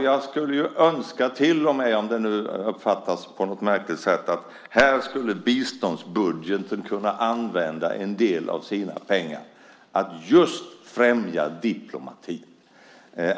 Jag skulle önska, även om det nu uppfattas på något märkligt sätt, att här skulle vi kunna använda en del av pengarna i biståndsbudgeten till att just främja diplomatin.